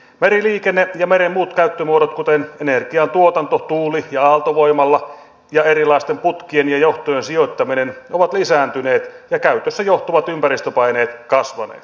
meriliikenne ja meren muut käyttömuodot kuten energiantuotanto tuuli ja aaltovoimalla ja erilaisten putkien ja johtojen sijoittaminen ovat lisääntyneet ja käytöstä johtuvat ympäristöpaineet kasvaneet